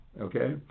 okay